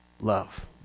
love